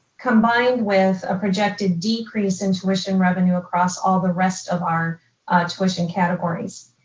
combined with a projected decrease in tuition revenue across all the rest of our tuition categories.